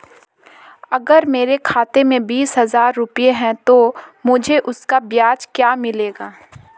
अगर मेरे खाते में बीस हज़ार रुपये हैं तो मुझे उसका ब्याज क्या मिलेगा?